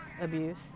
abuse